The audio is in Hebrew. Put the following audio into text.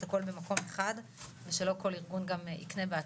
הכול במקום אחד ושלא כל ארגון גם ייקנה בעצמו,